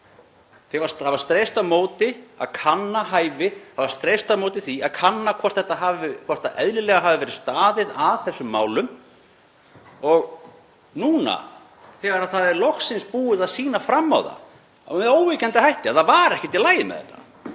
við. Það var streist á móti því að kanna hæfi, það var streist á móti því að kanna hvort eðlilega hafi verið staðið að þessum málum. Og núna þegar það er loksins búið að sýna fram á það með óyggjandi hætti að það var ekkert í lagi með þetta